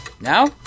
Now